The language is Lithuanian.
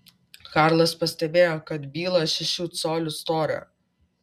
karlas pastebėjo kad byla šešių colių storio